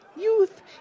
Youth